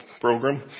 program